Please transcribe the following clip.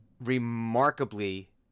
remarkably